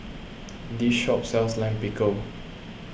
this shop sells Lime Pickle